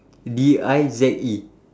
D I Z E